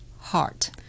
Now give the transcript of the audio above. heart